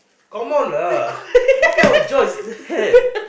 come on lah what kind of job is that